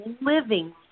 living